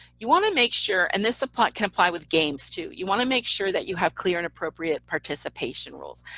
you want to make sure, and this apply can apply with games, too, you want to make sure that you have clear and appropriate participation rules.